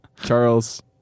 Charles